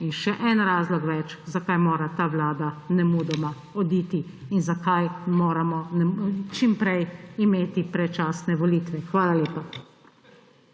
in še eden razlog več, zakaj mora ta vlada nemudoma oditi in zakaj moramo čim prej imeti predčasne volitve. Hvala lepa.